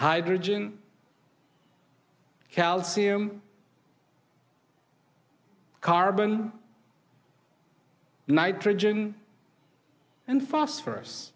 hydrogen calcium carbon nitrogen and phosphorus